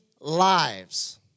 lives